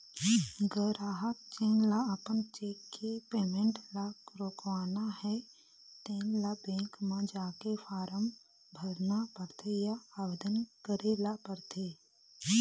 गराहक जेन ल अपन चेक के पेमेंट ल रोकवाना हे तेन ल बेंक म जाके फारम भरना परथे या आवेदन करे ल परथे